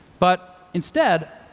but instead,